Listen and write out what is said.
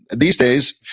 these days,